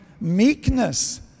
meekness